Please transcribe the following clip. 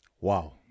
Wow